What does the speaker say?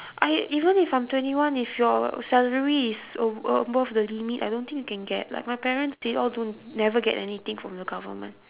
I even if I'm twenty one if your salary is a~ above the limit I don't think you can get like my parents they all don't never get anything from the government